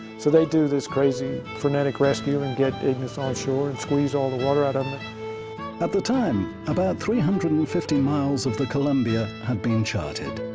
so they do this crazy frenetic rescue and get ignus on shore and squeeze all the water out of him at the time, about three hundred and fifty miles of the columbia had been charted.